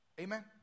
Amen